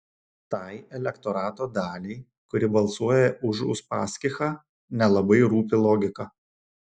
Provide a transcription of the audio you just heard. tai elektorato daliai kuri balsuoja už uspaskichą nelabai rūpi logika